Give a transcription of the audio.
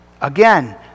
Again